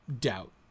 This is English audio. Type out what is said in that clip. doubt